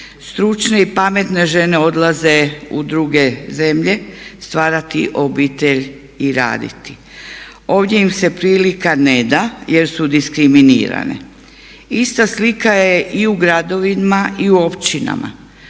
Stručne i pametne žene odlaze u druge zemlje stvarati obitelj i raditi. Ovdje im se prilika ne da jer su diskriminirane. Ista slika je i u gradovima i u općinama